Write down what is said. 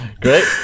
Great